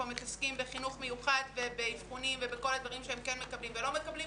מתעסקים בחינוך מיוחד ובאבחונים ובכל הדברים שהם כן מקבלים ולא מקבלים,